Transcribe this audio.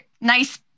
nice